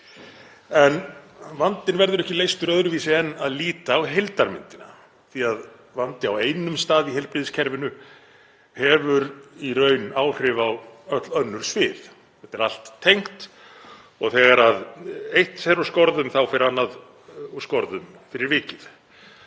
Vandinn verður ekki leystur öðruvísi en með því að líta á heildarmyndina því að vandi á einum stað í heilbrigðiskerfinu hefur í raun áhrif á öll önnur svið. Þetta er allt tengt og þegar eitt fer úr skorðum þá fer annað úr skorðum fyrir vikið.